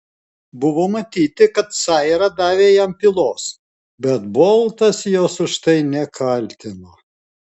buvo matyti kad saira davė jam pylos bet boltas jos už tai nekaltino